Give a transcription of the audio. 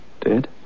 Dead